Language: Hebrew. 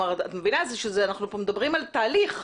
אנחנו מדברים על תהליך.